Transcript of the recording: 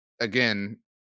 again